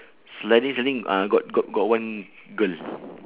sliding sliding uh got got got one girl